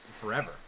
forever